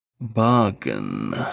bargain